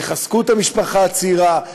יחזקו את המשפחה הצעירה,